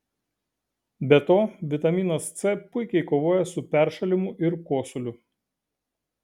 be to vitaminas c puikiai kovoja su peršalimu ir kosuliu